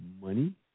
money